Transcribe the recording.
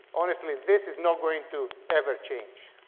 honestly, this is not going to ever change.